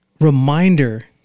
reminder